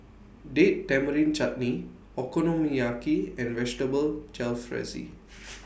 Date Tamarind Chutney Okonomiyaki and Vegetable Jalfrezi